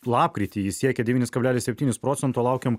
lapkritį ji siekė devynis kablelis septynis procento laukiam